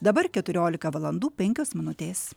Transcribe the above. dabar keturiolika valandų penkios minutės